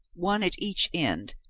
one at each end,